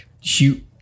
shoot